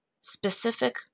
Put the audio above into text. specific